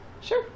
Sure